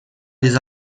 les